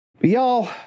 Y'all